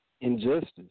injustice